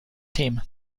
team